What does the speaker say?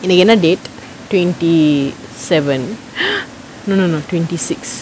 இன்னைக்கு என்ன:innaikku enna date twenty seven ah no no no twenty six